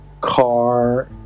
car